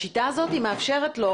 השיטה הזאת מאפשרת לו